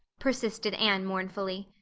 persisted anne mournfully.